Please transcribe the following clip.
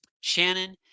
Shannon